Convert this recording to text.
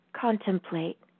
contemplate